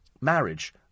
marriage